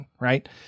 right